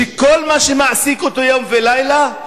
שכל מה שמעסיק אותו יום ולילה,